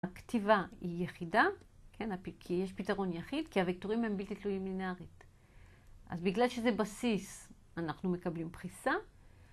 הכתיבה היא יחידה, כן? כי יש פתרון יחיד, כי הוקטורים הם בלתי תלויים לינארית. אז בגלל שזה בסיס, אנחנו מקבלים פריסה.